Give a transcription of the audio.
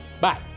Bye